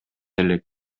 элек